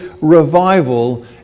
revival